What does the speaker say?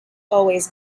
always